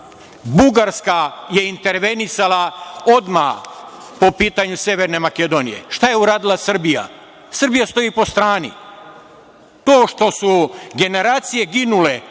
rade. Bugarska je intervenisala odmah po pitanju Severne Makedonije. Šta je uradila Srbija? Srbija stoji po strani. To što su generacije ginule